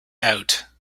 out